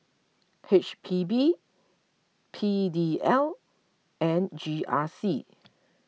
H P B P D L and G R C